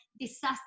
disaster